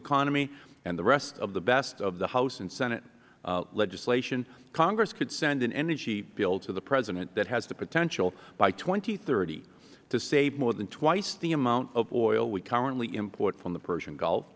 economy and the rest of the best of the house and senate legislation congress could send an energy bill to the president that has the potential by two thousand and thirty to save more than twice the amount of oil we currently import from the persian gulf